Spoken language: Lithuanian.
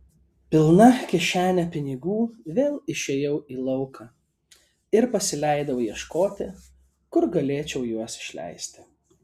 pilna kišene pinigų vėl išėjau į lauką ir pasileidau ieškoti kur galėčiau juos išleisti